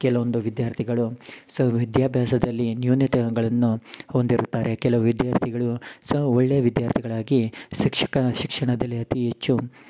ಕೆಲವೊಂದು ವಿಧ್ಯಾರ್ಥಿಗಳು ಸೊ ವಿದ್ಯಾಭ್ಯಾಸದಲ್ಲಿ ನ್ಯೂನತೆಗಳನ್ನು ಹೊಂದಿರುತ್ತಾರೆ ಕೆಲವು ವಿದ್ಯಾರ್ಥಿಗಳು ಸ ಒಳ್ಳೆಯ ವಿದ್ಯಾರ್ಥಿಗಳಾಗಿ ಶಿಕ್ಷಕ ಶಿಕ್ಷಣದಲ್ಲಿ ಅತೀ ಹೆಚ್ಚು